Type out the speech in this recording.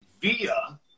via